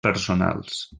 personals